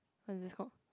what is it called